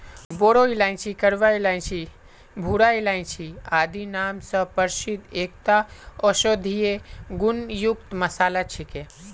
बोरो इलायची कलवा इलायची भूरा इलायची आदि नाम स प्रसिद्ध एकता औषधीय गुण युक्त मसाला छिके